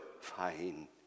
Fine